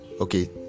okay